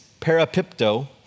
parapipto